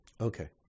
Okay